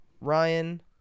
Ryan